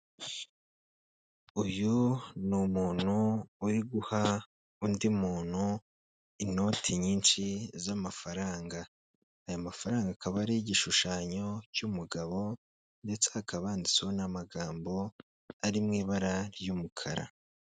Uyu ni umuntu uri guha undi muntu inoti nyinshi z'amafaranga, aya mafaranga akaba ari igishushanyo cy'umugabo ndetse hakaba handitsweho n'amagambo ari mu ibara ry'umukara.